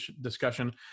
discussion